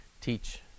teach